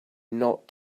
not